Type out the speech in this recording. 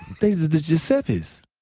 they're the giuseppes.